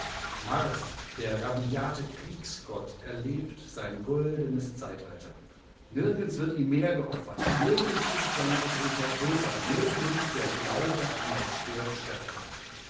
mars der rabiate kriegsgott erlebt sein goldenes zeitalter nirgends wird ihm mehr geopfert nirgends ist seine autorität größer nirgends der glaube an das schwert stärker